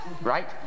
right